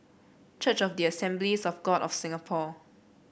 Church of the Assemblies of God of Singapore